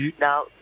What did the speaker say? now